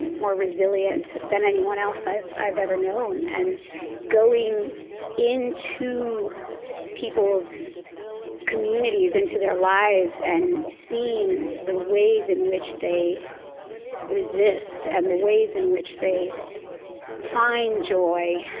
more resilient than anyone else i've i've ever known and going into people's communities, into their lives, and seeing the ways in which they resist and the ways in which they find joy,